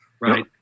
right